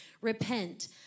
repent